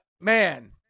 man